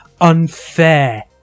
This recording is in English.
unfair